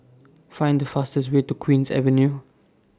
Find The fastest Way to Queen's Avenue